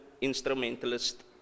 instrumentalist